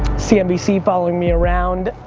cnbc following me around.